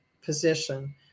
position